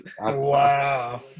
Wow